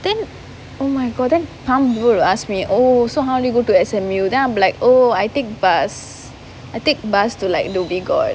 then oh my god then pam yo ask me oh so how do you go to S_M_U then I'm like oh I take bus I take bus to like dhoby ghaut